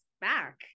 back